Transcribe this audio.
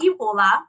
Ebola